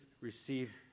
receive